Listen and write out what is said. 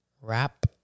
Wrap